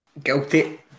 Guilty